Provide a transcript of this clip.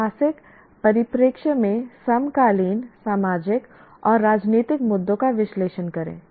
ऐतिहासिक परिप्रेक्ष्य में समकालीन सामाजिक और राजनीतिक मुद्दों का विश्लेषण करें